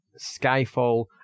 Skyfall